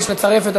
לפרוטוקול,